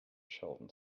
sheldon